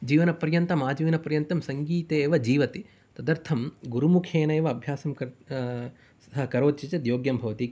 जीवनपर्यन्तम् आजीवनपर्यन्तं सङ्गीते एव जीवति तदर्थं गुरुमुखेनैव अभ्यासं कर् करोति चेत् योग्यं भवति